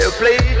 play